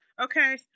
okay